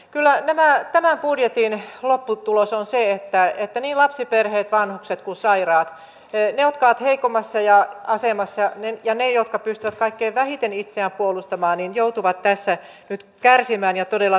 kyllähän yksi strateginen tavoite on se että eteni lapsiperheet vanhukset kuin sairaat ne jotka heikommassa ja hyvinvoinnin ja ne jotka pystyvät kaikkein vähiten itseään puolustamaan terveyden edistäminen jota tuetaan viidellä kärkihankkeella